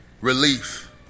relief